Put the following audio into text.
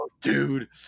Dude